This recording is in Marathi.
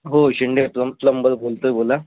हो शिंदे प्लं प्लंबर बोलतोय बोला